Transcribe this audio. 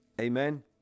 Amen